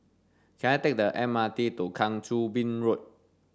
can I take the M R T to Kang Choo Bin Road